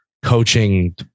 coaching